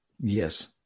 Yes